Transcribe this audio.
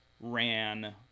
ran